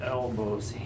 elbows